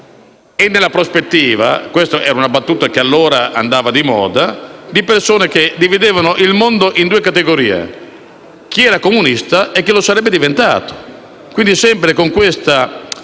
e nella prospettiva (con una battuta che allora andava di moda) di persone che dividevano il mondo in due categorie: chi era comunista e chi lo sarebbe diventato. Vi era sempre, quindi, questa